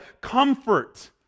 comfort